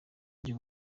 byo